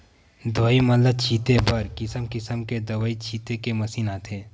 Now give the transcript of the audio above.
दवई मन ल छिते बर किसम किसम के दवई छिते के मसीन आथे